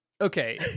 Okay